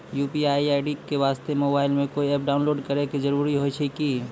UPI code वास्ते mobile मे कोय एप्प डाउनलोड करे के जरूरी होय छै की?